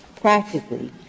practically